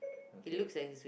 okay